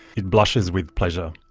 it blushes with pleasure.